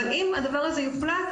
אבל אם הדבר הזה יוחלט,